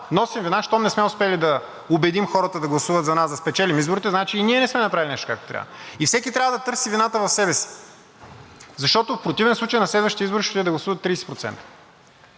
Носим вина, щом не сме успели да убедим хората да гласуват за нас да спечелим изборите, значи и ние не сме направили нещо както трябва. Всеки трябва да търси вината в себе си, защото в противен случай на следващите избори ще отидат да